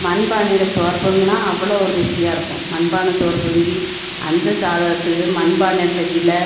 மண்பானையில் சோறு பொங்கினா அவ்வளோ ஒரு ருசியாக இருக்கும் மண்பானை சோறு பொங்கி அந்த சாதத்துக்கு மண்பானை சட்டியில்